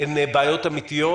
הן בעיות אמתיות?